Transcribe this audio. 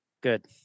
Good